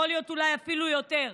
יכול להיות שאפילו יותר.